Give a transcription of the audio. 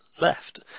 left